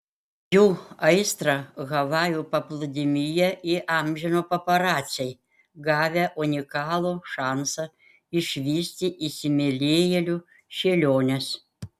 jų aistrą havajų paplūdimyje įamžino paparaciai gavę unikalų šansą išvysti įsimylėjėlių šėliones